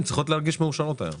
הן צריכות להרגיש היום מאושרות,